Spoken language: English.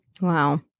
Wow